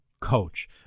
coach